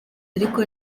ariko